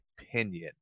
opinion